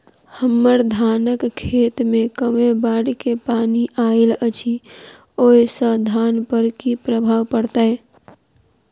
हम्मर धानक खेत मे कमे बाढ़ केँ पानि आइल अछि, ओय सँ धान पर की प्रभाव पड़तै?